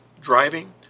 driving